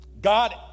God